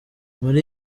muri